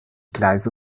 gleise